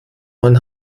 man